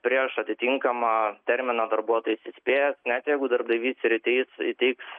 prieš atitinkamą terminą darbuotojas įspėjęs net jeigu darbdavys ir įteiks įteiks